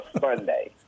Sunday